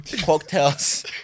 cocktails